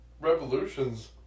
Revolutions